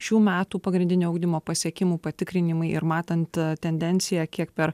šių metų pagrindinio ugdymo pasiekimų patikrinimai ir matant tendenciją kiek per